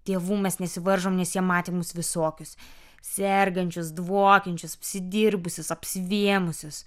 tėvų mes nesivaržom nes jie matė mus visokius sergančius dvokiančius apsidirbusius apsivėmusius